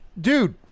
dude